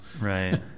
Right